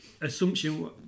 assumption